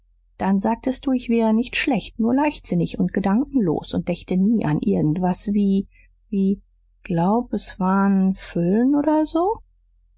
dann sagtest du ich wär nicht schlecht nur leichtsinnig und gedankenlos und dächte nie an irgend was wie wie glaub s war n füllen oder so